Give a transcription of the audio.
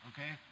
Okay